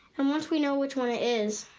and once we know which one it is